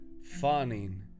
fawning